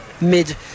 mid